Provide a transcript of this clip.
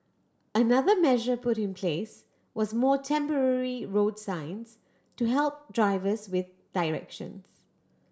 another measure put in place was more temporary road signs to help drivers with directions